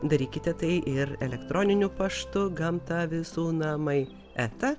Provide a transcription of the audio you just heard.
darykite tai ir elektroniniu paštu gamta visų namai eta